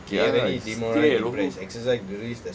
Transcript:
ya lah stay at home